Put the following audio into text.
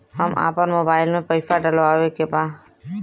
हम आपन मोबाइल में पैसा डलवावे के बा?